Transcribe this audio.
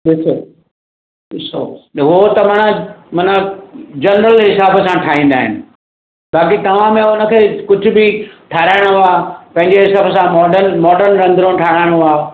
ॾिसो ॾिसो न हो त माना माना जर्नल जे हिसाब सां ठाहींदा आहिनि बाक़ी तव्हां अञां हुनखे कुझु बि ठहाराइणो आहे पंहिंजे हिसाब सां मॉडर्न मॉडर्न रंधिणो ठहाराइणो आहे